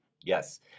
Yes